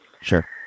Sure